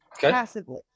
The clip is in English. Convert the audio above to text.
Passively